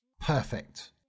Perfect